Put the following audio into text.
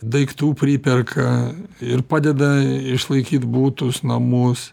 daiktų priperka ir padeda išlaikyt butus namus